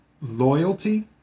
loyalty